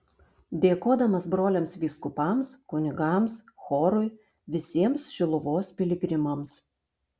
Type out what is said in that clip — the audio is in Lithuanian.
dėkodamas broliams vyskupams kunigams chorui visiems šiluvos piligrimams